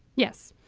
yes.